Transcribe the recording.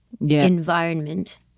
environment